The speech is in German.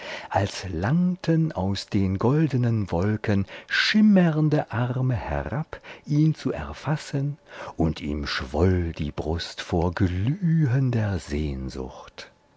als langten aus den goldnen wolken schimmernde arme herab ihn zu erfassen und ihm schwoll die brust vor glühender sehnsucht